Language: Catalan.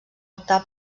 optar